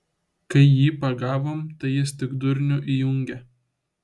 kai jį pagavom tai jis tik durnių įjungė